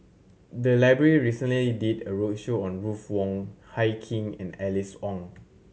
the library recently did a roadshow on Ruth Wong Hie King and Alice Ong